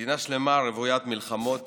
מדינה שלמה רוויית מלחמות